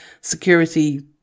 security